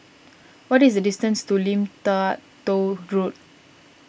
what is the distance to Lim Tua Tow Road